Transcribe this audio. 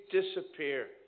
disappear